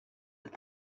that